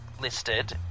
listed